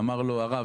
ואמר לו: הרב,